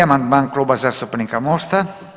1. Amandman Kluba zastupnika Mosta.